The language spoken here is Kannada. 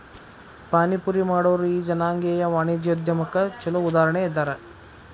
ಪಾನಿಪುರಿ ಮಾಡೊರು ಈ ಜನಾಂಗೇಯ ವಾಣಿಜ್ಯೊದ್ಯಮಕ್ಕ ಛೊಲೊ ಉದಾಹರಣಿ ಇದ್ದಾರ